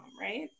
right